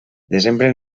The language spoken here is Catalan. desembre